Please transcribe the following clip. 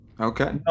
Okay